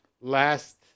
last